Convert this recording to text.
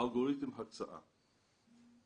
אלגוריתם הקצאה.